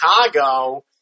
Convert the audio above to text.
Chicago